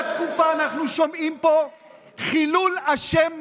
תקופה אנחנו שומעים פה חילול השם ממש.